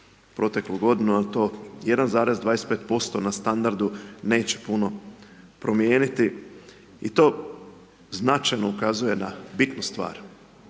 proteklu godinu, jel to 1,25% na standardu neće puno promijeniti i to značajno ukazuje na bitnu stvar,